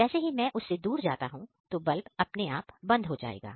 जैसे ही मैं उसके दूर जाता हूं तो बल्ब अपने आप बंद हो जाएगा